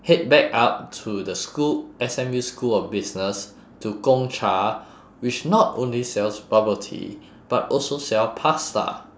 head back up to the school S_M_U school of business to gong cha which not only sells bubble tea but also sell pasta